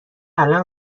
الان